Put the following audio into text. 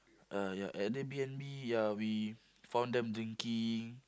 uh ya at the B_N_B ya we found them drinking